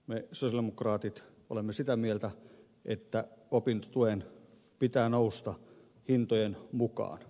me sosialidemokraatit olemme sitä mieltä että opintotuen pitää nousta hintojen mukaan